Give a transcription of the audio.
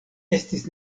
estis